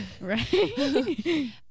Right